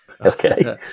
Okay